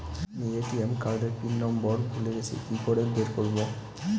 আমি ATM card এর PIN number ভুলে গেছি কি করে বের করব?